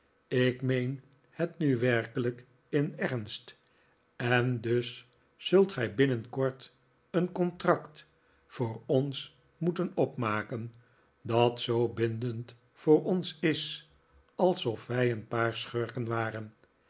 ik meen het nu werkelijk in ernst en dus zult gij binnenkort een contract voor ons moeten opmaken dat zoo bindend voor ons is alsof wij een paar schurken waren